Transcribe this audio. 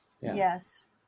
Yes